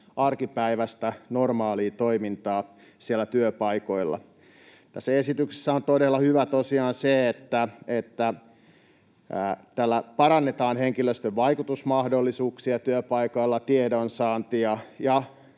arkipäiväistä normaalia toimintaa siellä työpaikoilla. Tässä esityksessä on todella hyvää tosiaan se, että tällä parannetaan henkilöstön vaikutusmahdollisuuksia työpaikoilla ja tiedonsaantia, ja